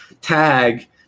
tag